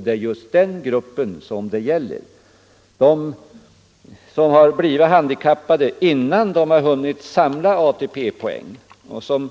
Det är just den gruppen det gäller, dvs. de som blivit handikappade innan de hunnit samla ATP-poäng. De som